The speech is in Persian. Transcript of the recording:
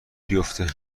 بیفته